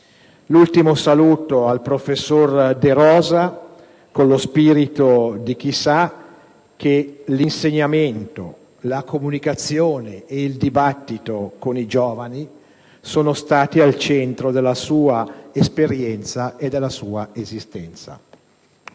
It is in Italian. l'ultimo saluto al professor De Rosa, con lo spirito di chi sa che l'insegnamento, la comunicazione e il dibattito con i giovani sono stati al centro della sua esperienza e della sua esistenza.